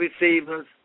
receivers